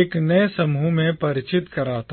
एक नए समूह से परिचित कराता है